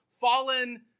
fallen